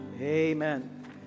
Amen